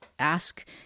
ask